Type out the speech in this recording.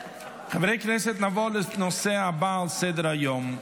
חברי הכנסת, נעבור לנושא הבא על סדר-היום,